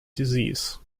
disease